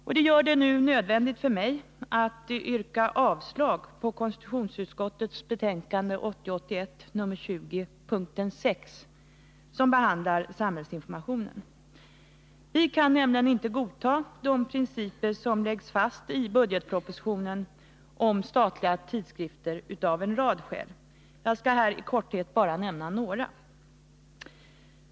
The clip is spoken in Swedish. Detta gör det nödvändigt för mig att nu yrka avslag på konstitutionsutskottets hemställan i betänkande 1980/81:20, punkten 6, som behandlar samhällsinformationen. Vi kan nämligen av en rad skäl inte godta de principer som läggs fast i budgetpropositionen om statliga tidskrifter. Jag skall här i korthet bara nämna några.